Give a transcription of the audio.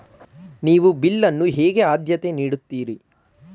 ನೀವು ಬಿಲ್ ಅನ್ನು ಹೇಗೆ ಆದ್ಯತೆ ನೀಡುತ್ತೀರಿ?